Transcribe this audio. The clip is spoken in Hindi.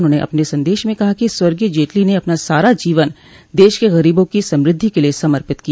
उन्होंने अपने सन्देश में कहा कि स्वर्गीय जेटली ने अपना सारा जीवन देश के गरीबों की समृद्धि के लिए समर्पित किया